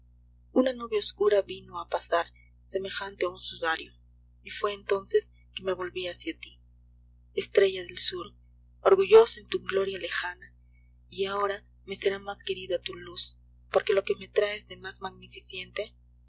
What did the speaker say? una nube oscura vino a pasar semejante a un sudario y fué entonces que me volví hacia ti estrella del sur orgullosa en tu gloria lejana y ahora me será más querida tu luz porque lo que me traes de más magnificente